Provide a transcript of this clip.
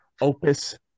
opus